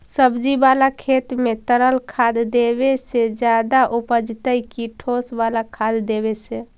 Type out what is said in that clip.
सब्जी बाला खेत में तरल खाद देवे से ज्यादा उपजतै कि ठोस वाला खाद देवे से?